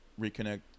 reconnect